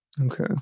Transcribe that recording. Okay